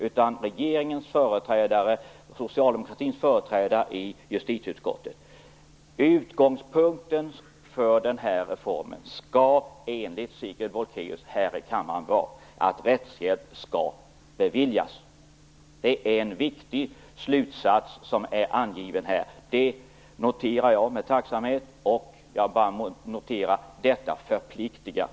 Hon är regeringens och socialdemokratins företrädare i justitieutskottet. Utgångspunkten för den här reformen skall enligt Sigrid Bolkéus här i kammaren vara att rättshjälp skall beviljas. Det är en viktig slutsats som har angivits här. Det noterar jag med tacksamhet, och jag noterar att detta förpliktar.